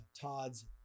Todd's